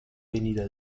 venida